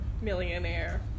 millionaire